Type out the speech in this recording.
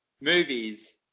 movies